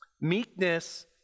Meekness